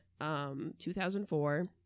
2004